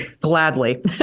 Gladly